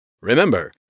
Remember